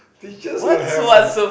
teachers would have a